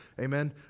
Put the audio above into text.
Amen